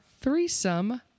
Threesome